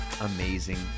amazing